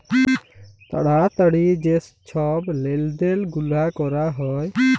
তাড়াতাড়ি যে ছব লেলদেল গুলা ক্যরা হ্যয়